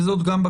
וגם זאת בקשה